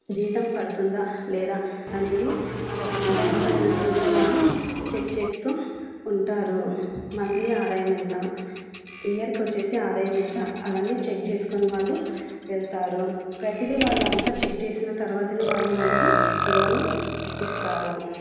జీతం పడుతుందా లేదా అనేది బ్యాంకు బ్యాలెన్స్ని కూడా వాళ్ళు చెక్ చేస్తూ ఉంటారు మంత్లీ ఆదాయం ఎంత ఇయర్కి వచ్చేసి ఆదాయం ఎంత అవన్నీ చెక్ చేసుకుని వాళ్ళు వెళ్తారు ప్రతిదీ వాళ్ళు అంతా చెక్ చేసిన తర్వాతనే వాళ్ళు మనకి లోను ఇస్తారు